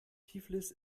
tiflis